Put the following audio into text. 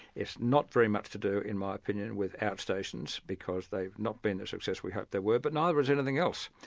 it's not very much to do, in my opinion, with outstations, because they've not been the success we hoped they were, but neither has anything else.